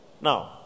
Now